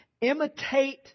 imitate